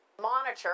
Monitor